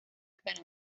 canal